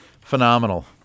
Phenomenal